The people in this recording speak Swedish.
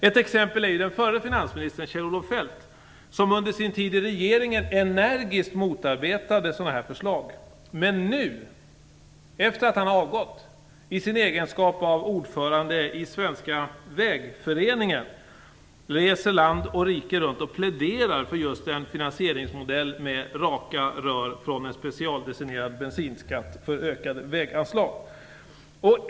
Ett exempel är den förre finansministern Kjell Olof Feldt, som under sin tid i regeringen energiskt motarbetade sådana förslag, men som nu i sin egenskap av Svenska Vägföreningens ordförande reser land och rike runt och pläderar för just en finansieringsmodell med "raka rör" från en specialdestinerad bensinskatt för ökade väganslag.